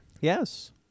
Yes